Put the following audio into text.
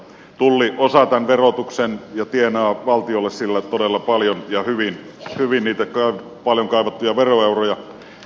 tulli osaa tämän verotuksen ja tienaa valtiolle sillä todella paljon ja hyvin niitä paljon kaivattuja veroeuroja